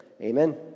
Amen